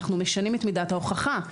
אנו משנים את מידת ההוכחה.